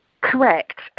correct